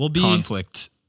conflict